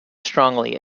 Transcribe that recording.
strongly